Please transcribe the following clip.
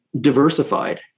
diversified